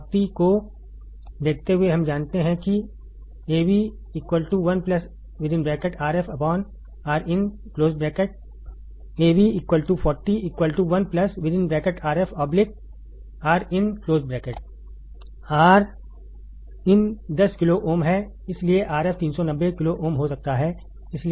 तो Av 40 को देखते हुए हम जानते हैं कि Rमें10 किलो ओम है इसलिए Rf 390 किलो ओम हो सकता है